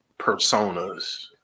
personas